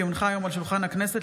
כי הונחו היום על שולחן הכנסת,